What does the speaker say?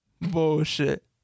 Bullshit